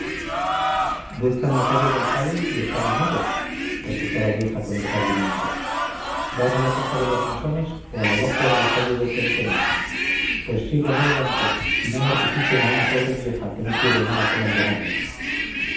buscan la calle del cáliz y están en ella repuso la vieja con desabrimiento van a la casa de los masones o a la logia de la calle de tentenecios pues sigan adelante y no mortifiquen a una pobre vieja que no quiere nada con el demonio